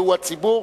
שהוא הציבור.